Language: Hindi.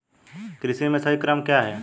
कृषि में सही क्रम क्या है?